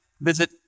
Visit